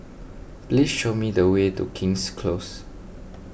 please show me the way to King's Close